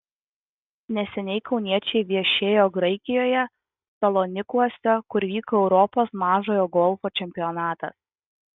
neseniai kauniečiai viešėjo graikijoje salonikuose kur vyko europos mažojo golfo čempionatas